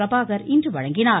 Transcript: பிரபாகர் இன்று வழங்கினார்